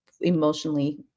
emotionally